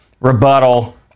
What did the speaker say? rebuttal